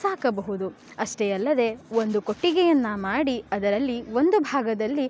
ಸಾಕಬಹುದು ಅಷ್ಟೇ ಅಲ್ಲದೆ ಒಂದು ಕೊಟ್ಟಿಗೆಯನ್ನು ಮಾಡಿ ಅದರಲ್ಲಿ ಒಂದು ಭಾಗದಲ್ಲಿ